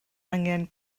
angen